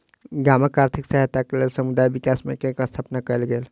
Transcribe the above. गामक आर्थिक सहायताक लेल समुदाय विकास बैंकक स्थापना कयल गेल